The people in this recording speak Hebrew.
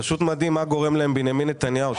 זה פשוט מדהים מה גורם להם בנימין נתניהו,